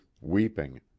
weeping